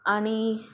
आणि